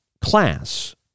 class